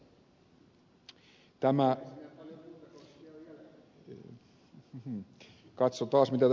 katsotaan mitä tässä tapahtuu